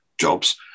jobs